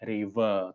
River